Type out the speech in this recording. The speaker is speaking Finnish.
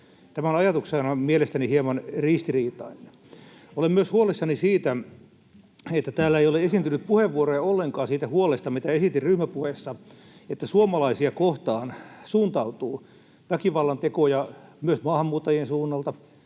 Tämä on ajatuksena mielestäni hieman ristiriitainen. Olen myös huolissani siitä, että täällä ei ole esiintynyt puheenvuoroja ollenkaan siitä huolesta, mitä esitin ryhmäpuheessa, että suomalaisia kohtaan suuntautuu väkivallantekoja myös maahanmuuttajien suunnalta.